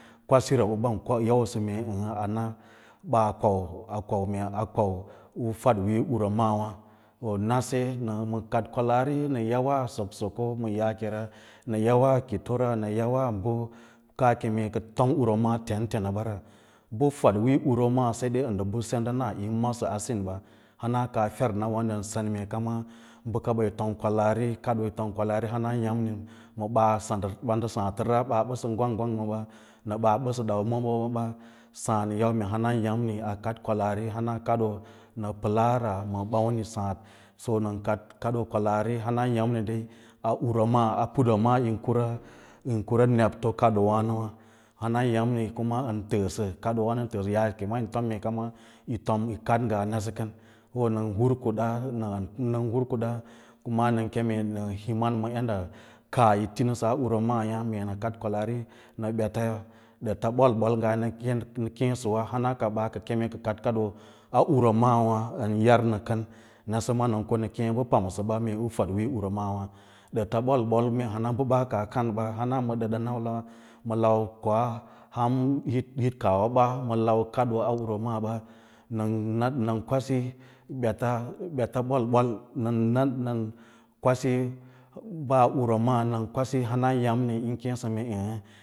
Kwasira u bon yausə mee a na a kwau mee a kwau u fadwiiyo urura maaɓa, nənse kaɗ kwalaari nə yawa soksoko ko ma yaakera nə yawa kito ra nə yawa bə kaa kame ka tom urwa maa tentena ɓara bə fadwiiyo urwa maa sedeba ndə sendana yi masaa sin ɓa, hana kafer lawâ nən sen mee kama ɓakaɓa yi tom kwalaari kaɗoo yo tom kwalaari hana yâmni ma ɓansǎǎtəraɓa ɓaa ɓəsə gwang gwang ɓa ma ɓaa ɓasə məb məb bə sǎǎd nən yau hanaya’mni a kaɗ kwalaari hana kadoo ma pəlaara ma ɓammi sǎǎd so nən kaɗ kaɗoo kwalaari, hana ya’mni dai a urwa maaa putwa maa yin kura, yin ku nebto kaɗoo wa’nowâ hanayâmaí kuma ən təəsə kadoowǎno ən təəsə meen yaake ma yin fom ma kaman yi kaɗ ngaa nase kən, pa wǎ nən hur kuɗa, nən hur kuda pəwa nən kem nə himan ma yado kaah yi ti nəsə urwanda maaya mee nə kaɗ kwalaari ma bets ya betaa bol-bol ngaa nə keesəwa ha ka ɓaa ka keme ka kaɗ kaɗoo urwa maawâ ən yar nə kəm nase ma nən konə keẽ bə pamsəɓa mee u faɗwiiyo urwamaawâ ɗəta ɓol-ɓol mee hana bə baaka kan ɓa hana ma ɗəɗa nawâ ma lau koa hit kaah waɓa ma lau kaɗoo a urwa maaɓa nən kwasi ɓeta ɓets ɓol-ɓol nən kwasi iwwa maa hana yame yi keẽsə əə a kadya.